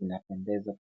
zinapendeza.